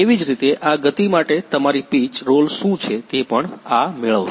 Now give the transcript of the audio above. તેવી જ રીતે આ ગતિ માટે તમારી પિચ રોલ શું છે તે પણ આ મેળવશે